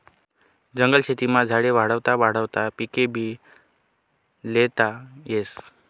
जंगल शेतीमा झाडे वाढावता वाढावता पिकेभी ल्हेता येतस